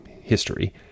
history